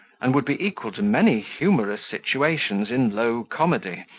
and would be equal to many humorous situations in low comedy,